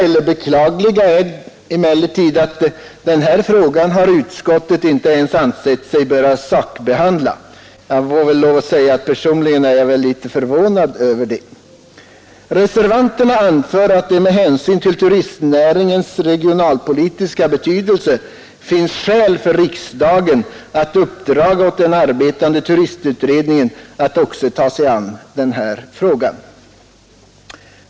Det beklagliga är emellertid att utskottet inte ens ansett sig böra sakbehandla denna fråga. Jag är personligen litet förvånad över det. Reservanterna anför att det med hänsyn till turistnäringens regionalpolitiska betydelse finns skäl för riksdagen att uppdraga åt den arbetande turistutredningen att också ta sig an denna fråga.